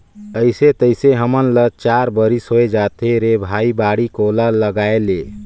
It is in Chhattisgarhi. अइसे तइसे हमन ल चार बरिस होए जाथे रे भई बाड़ी कोला लगायेले